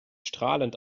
strahlend